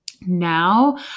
now